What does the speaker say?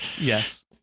Yes